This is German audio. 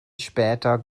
später